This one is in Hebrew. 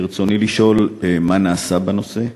ברצוני לשאול: 1. מה נעשה בנושא?